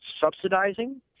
subsidizing